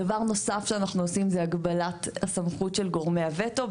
דבר נוסף שאנחנו עושים זה הגבלת הסמכות של גורמיה הווטו.